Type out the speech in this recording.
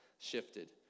shifted